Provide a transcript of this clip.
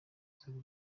cyiza